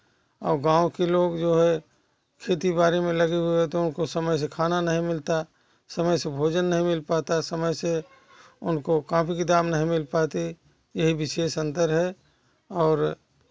और गाँव के लोग जो हैं खेती बाड़ी में लगे होते हैं तो उनको समय से खाना नहीं मिलता है समय से भोजन नहीं मिल पाता है समय से उनको कापी किताब नहीं मिल पाती यही विशेष अंतर है और